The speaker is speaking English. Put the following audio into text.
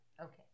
Okay